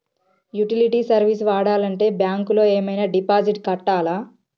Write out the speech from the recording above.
Utility service వాడాలంటే bank లో ఏమైనా డిపాజిట్ కట్టాలా?